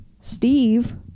Steve